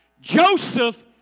Joseph